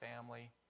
family